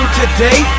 today